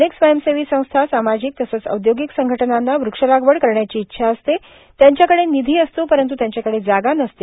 अनेक स्वंयसेवी संस्था सामाजिक तसंच औद्योगिक संघटनांना वक्षलागवड करण्याची इच्छा असते त्यांच्याकडे निधी असतो परंतू त्यांच्याकडे जागा नसते